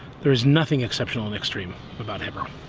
there is nothing exceptional and extrem about hebron